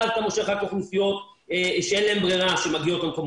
אז יגיעו רק אוכלוסיות שאין להן ברירה אלא להגיע למקום